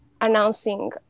announcing